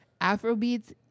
afrobeats